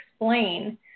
explain